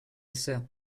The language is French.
sœur